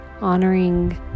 honoring